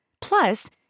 Plus